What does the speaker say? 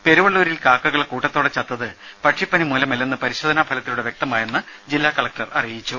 പെരുവള്ളൂരിൽ കാക്കകൾ കൂട്ടത്തോടെ ചത്തത് പക്ഷിപ്പനി മൂലമല്ലെന്ന് പരിശോധനാ ഫലത്തിലൂടെ വ്യക്തമായെന്ന് കലക്ടർ അറിയിച്ചു